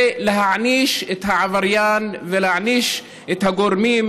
ולהעניש את העבריין ולהעניש את הגורמים